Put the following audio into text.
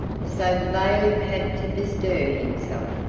so the bailiff had to bestir himself,